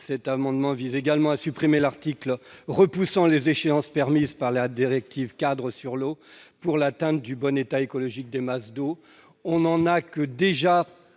Cet amendement vise également à supprimer l'article repoussant les échéances permises par la directive-cadre sur l'eau pour atteindre un bon état écologique des masses d'eau. Nous n'avons déjà